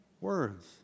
words